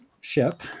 ship